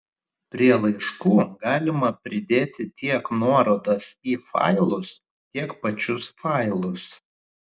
prie laiškų galima pridėti tiek nuorodas į failus tiek pačius failus